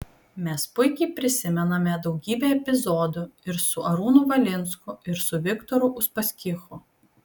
mes puikiai prisimename daugybę epizodų ir su arūnu valinsku ir su viktoru uspaskichu